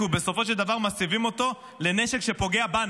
כי בסופו של דבר מסיבים אותו לנשק שפוגע בנו.